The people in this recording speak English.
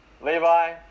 Levi